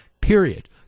Period